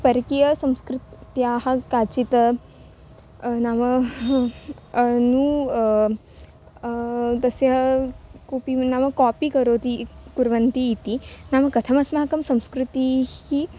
परकीयसंस्कृतेः काचित् नाम नूतनं तस्य कूपि नाम कापि करोति कुर्वन्ति इति नाम कथमस्माकं संस्कृतिः